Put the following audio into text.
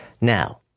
Now